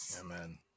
Amen